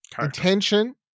intention